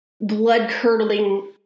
blood-curdling